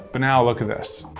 but now look at this,